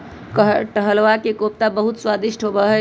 कटहलवा के कोफ्ता बहुत स्वादिष्ट होबा हई